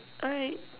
alright